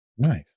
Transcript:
Nice